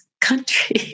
country